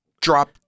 drop